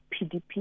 PDP